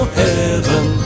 heaven